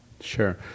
Sure